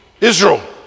Israel